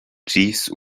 geese